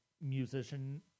musician